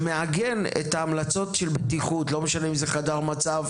שמעגן את ההמלצות של בטיחות לא משנה אם זה חדר מצב,